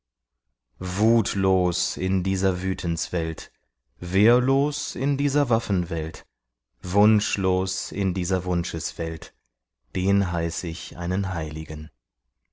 wutlos in dieser wütenswelt wehrlos in dieser waffenwelt wunschlos in dieser wunscheswelt den heiß ich einen heiligen